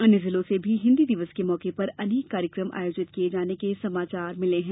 अन्य जिलों से भी हिन्दी दिवस के मौके पर अनेक कार्यक्रम आयोजित किये जाने के समाचार मिले है